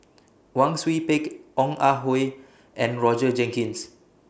Wang Sui Pick Ong Ah Hoi and Roger Jenkins